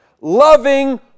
loving